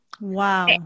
Wow